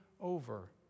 over